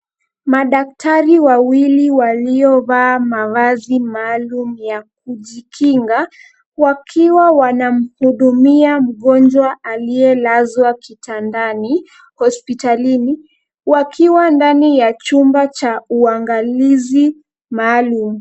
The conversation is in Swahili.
Madaktari wawili waliovaa mavazi maalum ya kujikinga, wakiwa wanamhudumia mgonjwa aliyelazwa kitandani hospitalini, wakiwa ndani ya chumba cha uangalizi maalum.